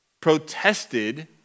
protested